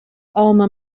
alma